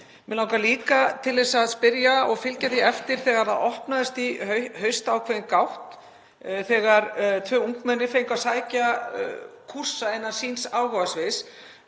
Mig langar líka til að spyrja og fylgja því eftir þegar opnaðist í haust ákveðin gátt þegar tvö ungmenni fengu að sækja kúrsa innan síns áhugasviðs,